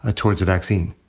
ah towards a vaccine.